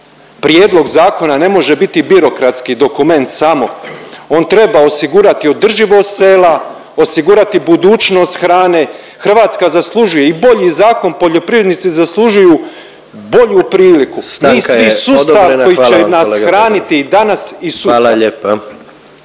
Prijedlog zakona ne može biti birokratski dokument samo, on treba osigurati održivost sela, osigurati budućnost hrane. Hrvatska zaslužuje i bolji zakon, poljoprivrednici zaslužuju bolju priliku… …/Upadica predsjednik: Stanka